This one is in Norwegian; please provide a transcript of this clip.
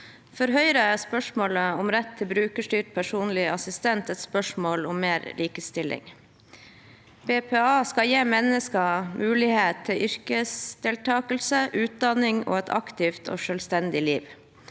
For Høyre er spørsmålet om rett til brukerstyrt personlig assistent et spørsmål om mer likestilling. BPA skal gi mennesker mulighet til yrkesdeltakelse, utdanning og